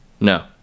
No